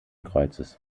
kreuzes